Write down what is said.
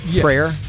Prayer